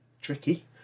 tricky